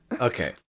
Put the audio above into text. Okay